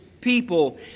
people